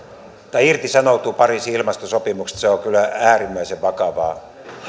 irtisanoutuu pariisin ilmastosopimuksesta on kyllä äärimmäisen vakava